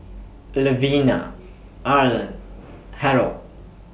Levina Arlan Harrold